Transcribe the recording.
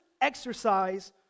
exercise